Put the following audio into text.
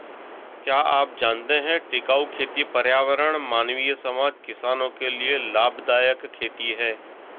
क्या आप जानते है टिकाऊ खेती पर्यावरण, मानवीय समाज, किसानो के लिए लाभदायक खेती है?